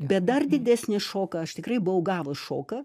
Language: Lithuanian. bet dar didesnį šoką aš tikrai buvau gavus šoką